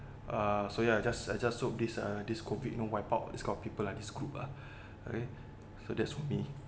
uh so ya I just I just hope this uh this COVID you know wipe out these kind of people like this group lah okay so that's for me